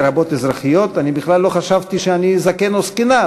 לרבות אזרחיות: אני בכלל לא חשבתי שאני זקן או זקנה.